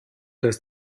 dass